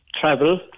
travel